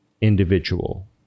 individual